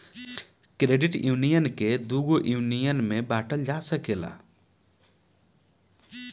credit union के दुगो union में बॉटल जा सकेला